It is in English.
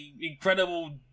incredible